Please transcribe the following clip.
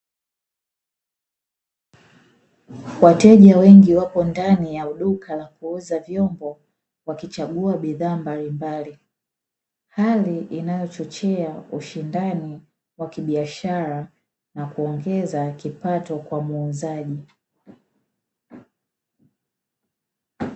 Wateja wengi wako ndani ya duka la kuuza vyombo wakichagua bidhaa mbalimbali, hali ianyochochea ushindani wa kibiashara na kuongeza kipato kwa muuzaji.